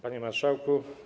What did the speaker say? Panie Marszałku!